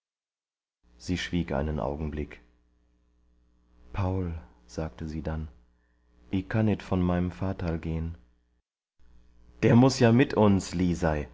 sie schwieg einen augenblick paul sagte sie dann i kann nit von mei'm vaterl gehen der muß ja mit uns lisei